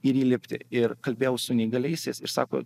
ir įlipti ir kalbėjau su neįgaliaisiais ir sako